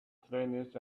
trainers